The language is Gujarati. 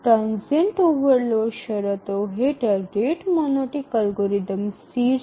ટ્રાનઝિયન્ટ ઓવરલોડ શરતો હેઠળ રેટ મોનોટિક અલ્ગોરિધમ સ્થિર છે